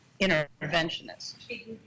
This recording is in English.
interventionist